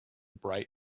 bright